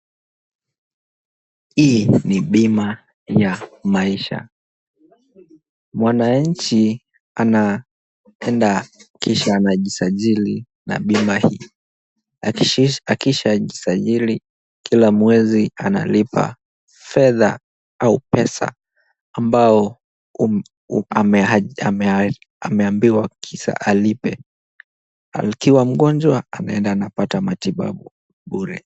Hii ni bima ya maisha, mwananchi anaenda kisha anajisajili na bima hii. Akishajisajili kila mwezi analipa fedha au pesa ambao ameambiwa kisha alipe, akiwa mgonjwa anaenda anapata matibabu bure.